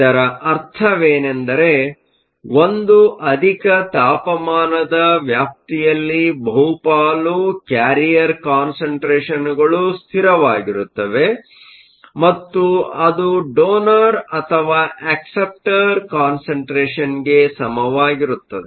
ಇದರ ಅರ್ಥವೆನೆಂದರೆ ಒಂದು ಅಧಿಕ ತಾಪಮಾನದ ವ್ಯಾಪ್ತಿಯಲ್ಲಿ ಬಹುಪಾಲು ಕ್ಯಾರಿಯರ್ ಕಾನ್ಸಂಟ್ರೇಷನ್Carrier concentrationಗಳು ಸ್ಥಿರವಾಗಿರುತ್ತವೆ ಮತ್ತು ಅದು ಡೋನರ್ ಅಥವಾ ಅಕ್ಸೆಪ್ಟರ್ ಕಾನ್ಸಂಟ್ರೇಷನ್ಗೆ ಸಮವಾಗಿರುತ್ತದೆ